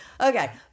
Okay